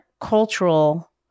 cultural